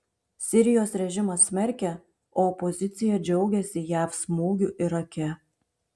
sirijos režimas smerkia o opozicija džiaugiasi jav smūgiu irake